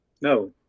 no